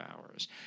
hours